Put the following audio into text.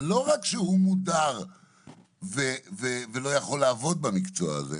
זה לא רק שהוא מודר ולא יכול לעבוד במקצוע הזה,